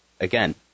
again